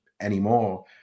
anymore